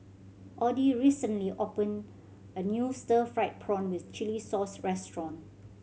Audy recently opene a new stir fried prawn with chili sauce restaurant